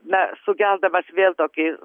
na sukeldamas vėl tokį